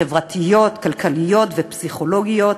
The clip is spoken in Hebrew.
חברתיות, כלכליות ופסיכולוגיות,